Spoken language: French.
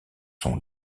son